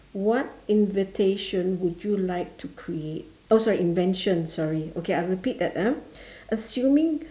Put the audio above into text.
what invitation would you like to create oh sorry invention sorry okay I repeat that ah assuming